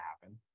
happen